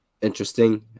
Interesting